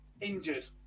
injured